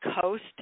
coast